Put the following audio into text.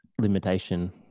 limitation